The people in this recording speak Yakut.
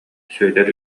сүөдэр